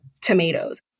tomatoes